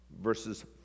verses